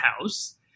house